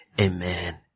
Amen